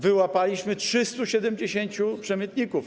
Wyłapaliśmy 370 przemytników.